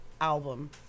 album